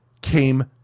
came